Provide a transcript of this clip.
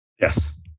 Yes